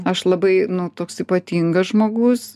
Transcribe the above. aš labai nu toks ypatingas žmogus